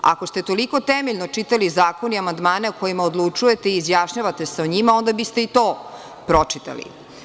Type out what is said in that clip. Ako ste toliko temeljno čitali zakon i amandmane o kojima odlučujete i izjašnjavate se o njima onda biste i to pročitali.